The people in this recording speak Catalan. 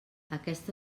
aquesta